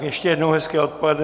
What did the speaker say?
Ještě jednou hezké odpoledne.